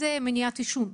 מניעת עישון,